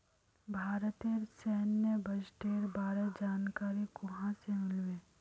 भारतेर सैन्य बजटेर बारे जानकारी कुहाँ से मिल बे